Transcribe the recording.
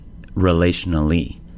relationally